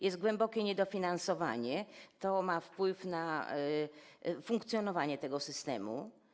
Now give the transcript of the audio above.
Jest głębokie niedofinansowanie, co ma wpływ na funkcjonowanie tego systemu.